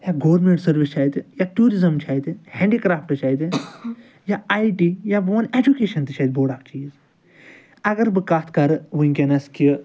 یا government service چھِ اَتہِ یا ٹیٛوٗرِزٕم چھُ اَتہِ ہینٛڈی کرٛافٹہٕ چھِ اَتہ یا آیۍ ٹی یا بہٕ وَنہٕ ایٚجوٗکیشَن تہِ چھِ اَتہِ بوٚڈ اَکھ چیٖز اَگر بہٕ کَتھ کَرٕ وُنٛکیٚس کہِ